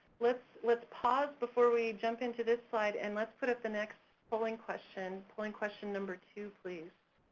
let's let's pause before we jump into this slide and let's put up the next polling question, polling question number two, please.